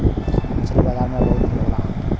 मछरी बाजार में बहुत भीड़ होला